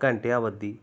ਘੰਟਿਆਂ ਬੱਧੀ